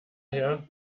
her